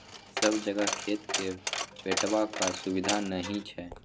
सब जगह खेत केँ पटेबाक सुबिधा नहि छै